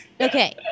Okay